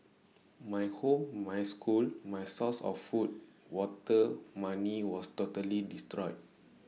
my home my school my source of food water money was totally destroyed